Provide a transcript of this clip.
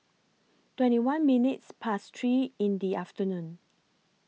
twenty one minutes Past three in The afternoon